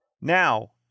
Now